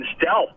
stealth